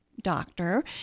doctor